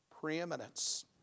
preeminence